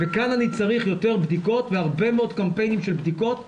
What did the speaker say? וכאן אני צריך יותר בדיקות והרבה מאוד קמפיינים של בדיקות ודחיפה,